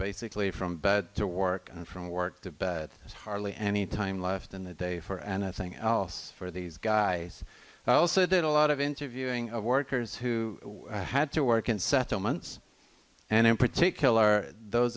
basically from but to work and from work to hardly any time left in the day for and i think else for these guys also did a lot of interviewing of workers who had to work in settlements and in particular those